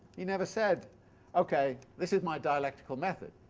he never said okay, this is my dialectical method'.